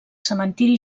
cementiri